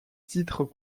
titres